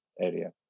area